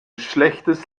schlechtes